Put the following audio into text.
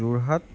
Jorhat